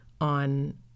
on